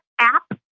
app